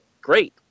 great